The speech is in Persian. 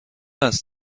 قصد